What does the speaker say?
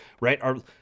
right